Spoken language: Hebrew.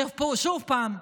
שפה, עוד פעם,